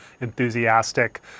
enthusiastic